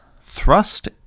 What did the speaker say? thrust